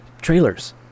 trailers